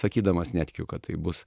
sakydamas netikiu kad taip bus